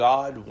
God